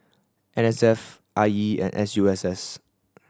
N S F I E and S U S S